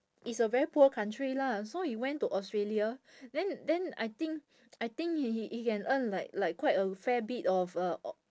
it's a very poor country lah so he went to australia then then I think I think he he he can earn like like quite a fair bit of uh